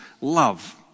love